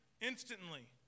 instantly